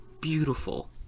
beautiful